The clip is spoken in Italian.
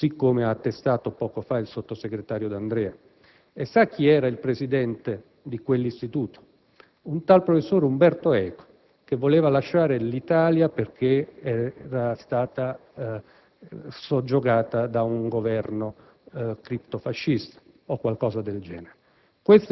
così come ha attestato poco fa il sottosegretario D'Andrea? Sa chi era il presidente di quell'Istituto? Un tale professor Umberto Eco che voleva lasciare l'Italia perché era stata soggiogata da un Governo criptofascista o qualcosa del genere.